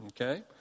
Okay